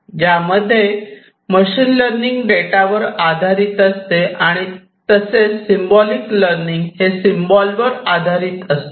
ज्याप्रमाणे machine learning data वर आधारित असते तसेच सिम्बॉलिक लर्निंग हे सिम्बॉल वर आधारित असते